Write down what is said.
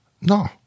No